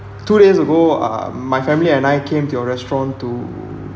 two days ago uh my family and I came to your restaurant to